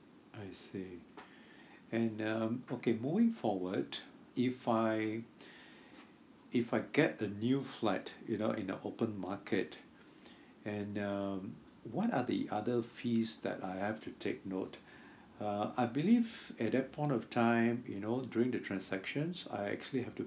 I see and um okay moving forward if I if I get a new flat you know in the open market and um what are the other fees that I have to take note uh I believe at that point of time you know during the transactions I actually have to